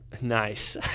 Nice